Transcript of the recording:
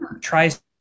tries